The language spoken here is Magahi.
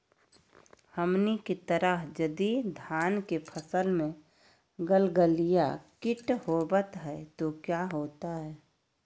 हमनी के तरह यदि धान के फसल में गलगलिया किट होबत है तो क्या होता ह?